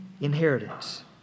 inheritance